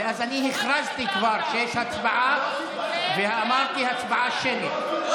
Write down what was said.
ואז אני הכרזתי כבר שיש הצבעה ואמרתי: הצבעה שמית.